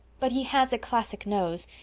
but he has a classic nose,